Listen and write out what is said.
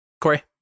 Corey